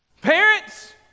parents